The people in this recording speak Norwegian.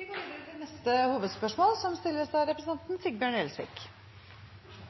Vi går videre til neste hovedspørsmål.